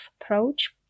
approach